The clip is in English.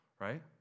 right